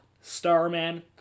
Starman